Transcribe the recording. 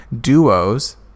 duos